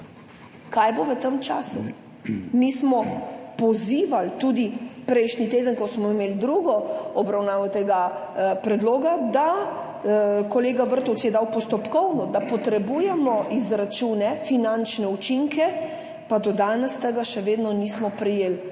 Kaj bo v tem času? Mi smo pozivali tudi prejšnji teden, ko smo imeli drugo obravnavo tega predloga, kolega Vrtovec je dal postopkovno, da potrebujemo izračune, finančne učinke, pa do danes tega še vedno nismo prejeli.